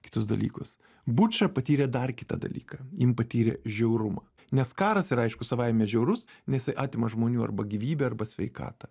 kitus dalykus buča patyrė dar kitą dalyką jin patyrė žiaurumą nes karas yra aišku savaime žiaurus nes jisai atima žmonių arba gyvybę arba sveikatą